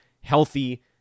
healthy